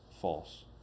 false